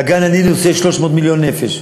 באגן הנילוס יש 300 מיליון נפש.